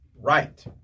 Right